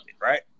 right